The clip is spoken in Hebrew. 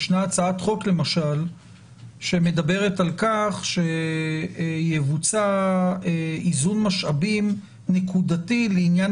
ישנה הצעת חוק למשל שמדברת על-כך שיבוצע איזון משאבים נקודתי לעניין